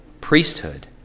priesthood